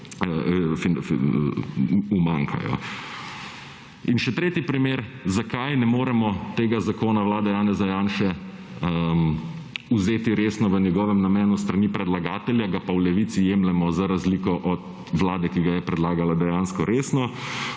In še tretji primer, zakaj ne moremo tega zakon Vlade Janeza Janše vzeti resno v njegovem namenu s strani predlagatelja, ga pa v Levici jemljemo za razliko od Vlade, ki ga je predlagala, dejansko resno.